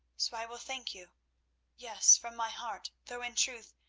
so i will thank you yes, from my heart, though, in truth,